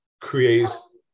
creates